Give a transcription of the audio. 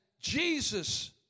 Jesus